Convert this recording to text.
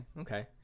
okay